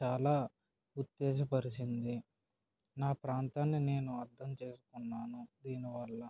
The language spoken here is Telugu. చాలా ఉత్తేజపరిచింది నా ప్రాంతాన్ని నేను అర్థం చేసుకున్నాను దీనివల్ల